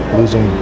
losing